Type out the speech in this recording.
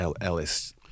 Ellis